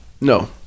No